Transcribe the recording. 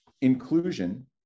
inclusion